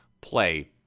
play